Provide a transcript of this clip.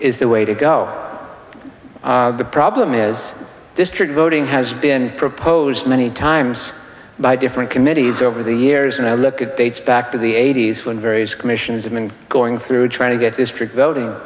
is the way to go the problem is this trip voting has been proposed many times by different committees over the years and i look at dates back to the eighty's when various commissions have been going through trying to get this prick voting